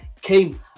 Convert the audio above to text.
came